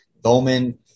Bowman